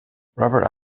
robert